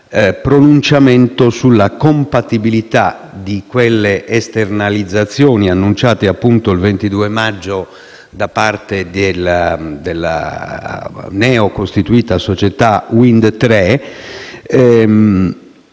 pronunciamento sulla compatibilità di quelle esternalizzazioni annunciate il 22 maggio da parte della neocostituita società Wind